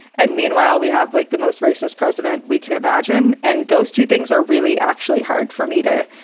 and meanwhile, we have, like, the most racist president we could imagine. and those two things are really actually hard for me to